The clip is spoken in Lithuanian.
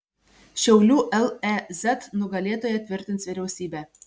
šiaulių lez nugalėtoją tvirtins vyriausybė